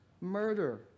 murder